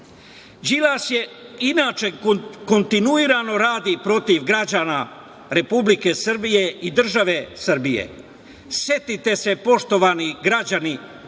Đilas inače kontinuirano radi protiv građana Republike Srbije i države Srbije. Setite se poštovani građani